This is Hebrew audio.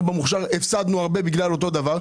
במוכש"ר הפסדנו הרבה בגלל אותו דבר,